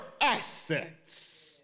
assets